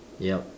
yup